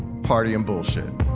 party and bullshit